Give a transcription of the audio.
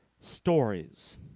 stories